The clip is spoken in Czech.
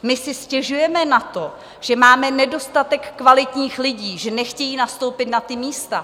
My si stěžujeme na to, že máme nedostatek kvalitních lidí, že nechtějí nastoupit na ta místa.